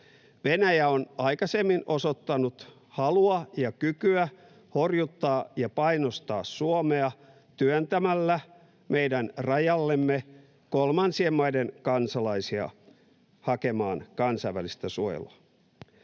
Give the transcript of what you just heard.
Venäjä on aikaisemmin osoittanut halua ja kykyä horjuttaa ja painostaa Suomea työntämällä meidän rajallemme kolmansien maiden kansalaisia hakemaan kansainvälistä suojelua.